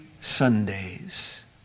Sundays